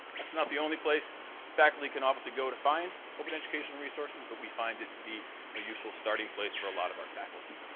that's not the only place faculty can obviously go to find open educational resources, but we find it to be a useful starting place for a lot of our faculty.